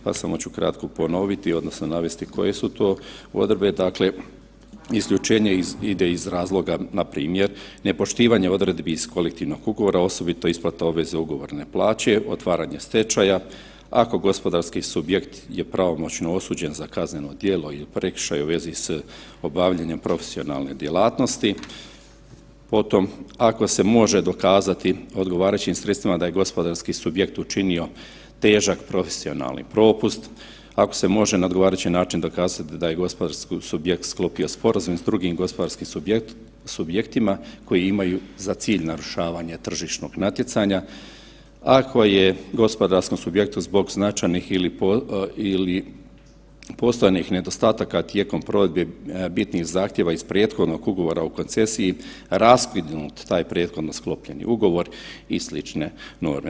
Pa samo ću ponoviti odnosno navesti koje su to odredbe, dakle isključenje ide iz razloga npr. nepoštivanje odredbi iz kolektivnog ugovora osobito isplate obveze ugovorne plaće, otvaranje stečaja, ako gospodarski subjekt je pravomoćno osuđen za kazneno djelo ili prekršaj u vezi s obavljanjem profesionalne djelatnosti, potom ako se može dokazati odgovarajućim sredstvima da je gospodarski subjekt učinio težak profesionalni propust, ako se može na odgovarajući način dokazati da je gospodarski subjekt sklopio sporazum s drugim gospodarskim subjektima koji imaju za cilj narušavanje tržišnog natjecanja, ako je gospodarskom subjektu zbog značajnih ili postojanih nedostataka tijekom provedbe bitnih zahtjeva iz prethodnog ugovora o koncesiji raskinut taj prethodno sklopljeni ugovor i slične norme.